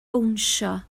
bownsio